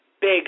big